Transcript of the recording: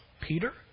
Peter